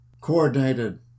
coordinated